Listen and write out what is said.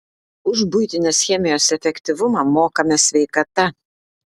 už buitinės chemijos efektyvumą mokame sveikata